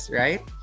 right